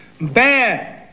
Bad